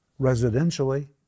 Residentially